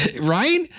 Right